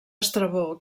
estrabó